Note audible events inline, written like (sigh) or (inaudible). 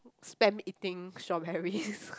spam eating strawberries (laughs)